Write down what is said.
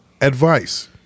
Advice